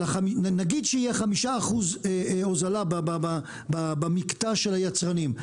נגיד שיהיה חמישה אחוזים הוזלה במקטע של היצרנים,